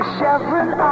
Chevron